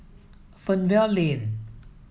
Fernvale Lane